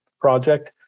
project